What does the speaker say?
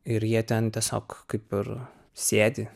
ir jie ten tiesiog kaip ir sėdi